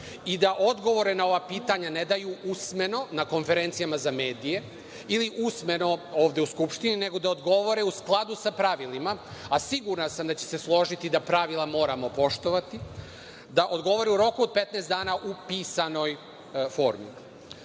i da odgovore na ova pitanja ne daju usmeno na konferencijama za medije ili usmeno ovde u Skupštini, nego da odgovore u skladu sa pravilima, a siguran sam da će se složiti da pravila moramo poštovati, da odgovore u roku od 15 dana u pisanoj formi. Zatim,